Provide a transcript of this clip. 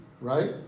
right